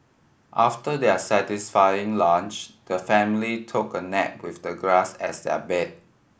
after their satisfying lunch the family took a nap with the grass as their bed